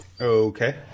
Okay